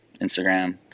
Instagram